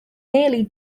nearly